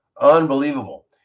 Unbelievable